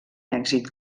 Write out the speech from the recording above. èxit